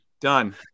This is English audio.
Done